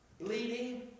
bleeding